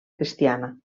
cristiana